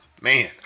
man